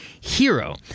hero